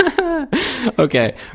Okay